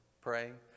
Praying